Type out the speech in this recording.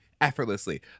effortlessly